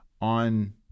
on